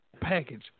package